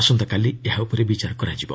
ଆସନ୍ତାକାଲି ଏହା ଉପରେ ବିଚାର ହେବ